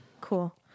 Cool